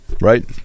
Right